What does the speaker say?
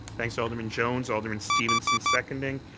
thanks, alderman jones. alderman stevenson seconding.